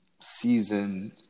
season